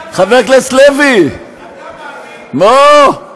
חבר הכנסת לוי, אתה מאמין למה שאתה אומר?